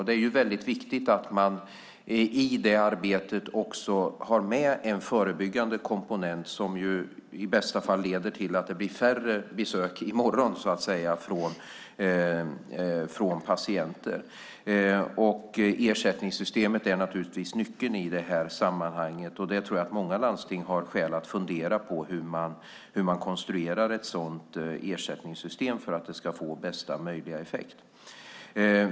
Det är viktigt att man i det arbetet också har med en förebyggande komponent som i bästa fall leder till färre besök för patienterna i framtiden. Ersättningssystemet är naturligtvis nyckeln i det sammanhanget. Jag tror att många landsting har skäl att fundera på hur man konstruerar ett ersättningssystem för att det ska få bästa möjliga effekt.